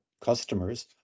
customers